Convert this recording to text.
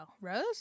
Rose